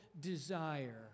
desire